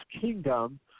kingdom